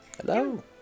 Hello